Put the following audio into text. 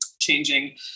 changing